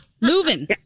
Moving